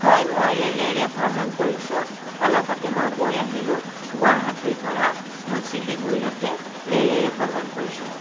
হয় মই ৰেলেৰে ভ্ৰমণ কৰিছোঁ অলপতে মই গৈ আহিলোঁ গুৱাহাটীৰ পৰা মই ছিলিগুৰিলৈকে ৰেলেৰে ভ্ৰমণ কৰিছোঁ